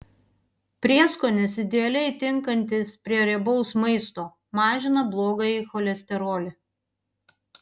prieskonis idealiai tinkantis prie riebaus maisto mažina blogąjį cholesterolį